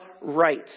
right